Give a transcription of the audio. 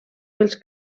pels